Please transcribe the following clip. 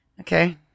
okay